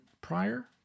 prior